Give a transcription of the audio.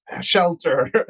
shelter